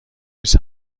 نیز